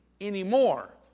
anymore